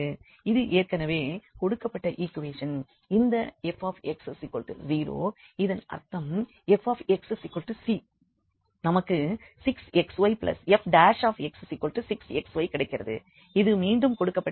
இது ஏற்கனவே கொடுக்கப்பட்ட ஈக்குவேஷன்